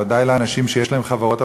בוודאי לאנשים שיש להם חברות,